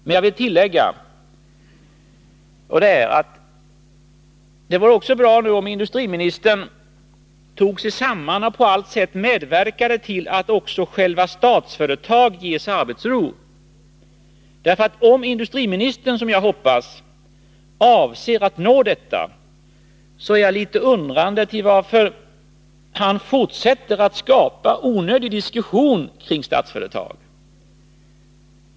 Och jag vill tillägga: Det vore bra om industriministern tog sig samman och på allt sätt medverkade till att också själva Statsföretag ges arbetsro. Om industriministern, som jag hoppas, avser att nå detta, så är det litet svårt att förstå varför industriministern fortsätter att skapa onödig diskussion kring Statsföretag.